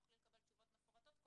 תוכלי לקבל תשובות מפורטות,